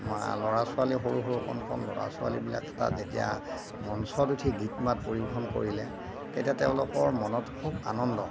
ল'ৰা ছোৱালী সৰু সৰু কণ কণ ল'ৰা ছোৱালীবিলাকে তাত যেতিয়া মঞ্চত উঠি গীত মাত পৰিৱেশন কৰিলে তেতিয়া তেওঁলোকৰ মনত খুব আনন্দ